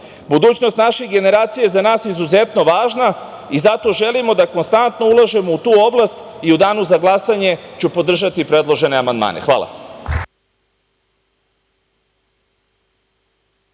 Budućnost naših generacija za nas je izuzetno važna i zato želimo da konstantno ulažemo u tu oblast.U danu za glasanje ću podržati predložene amandmane. Hvala.